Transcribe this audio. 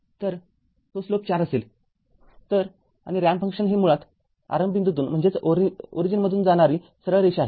तरतो slope ४ असेल तर आणि रॅम्प फंक्शन हे मुळात आरंभ बिंदूतून जाणारी सरळ रेषा आहे